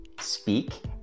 Speak